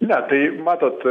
ne tai matot